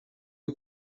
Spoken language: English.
you